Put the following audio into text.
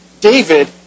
David